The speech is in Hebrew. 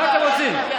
מה אתם רוצים?